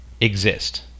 exist